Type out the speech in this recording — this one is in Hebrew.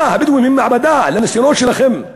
מה, הבדואים הם מעבדה לניסיונות שלכם?